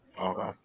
Okay